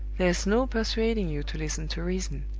there's no persuading you to listen to reason.